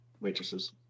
waitresses